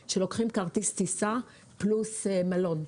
כאלה שרוכשים כרטיס טיסה פלוס מלון,